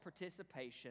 participation